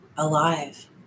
alive